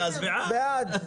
הצבעה בעד,